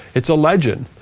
it's a legend,